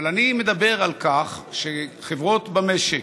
אבל אני מדבר על כך שחברות במשק,